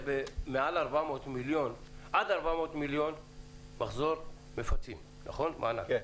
עד 400 מיליון מחזור מפצים - מענק.